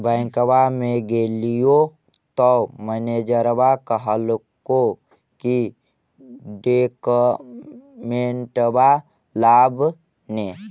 बैंकवा मे गेलिओ तौ मैनेजरवा कहलको कि डोकमेनटवा लाव ने?